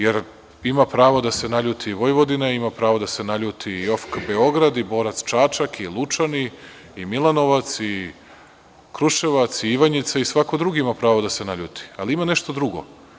Jer, ima pravo da se naljuti i Vojvodina, ima pravo da se naljuti i OFK Beograd i Borac Čačak i Lučani i Milanovac i Kruševac i Ivanjica i svako drugi ima pravo da se naljuti, ali ima nešto drugo.